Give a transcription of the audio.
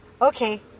Okay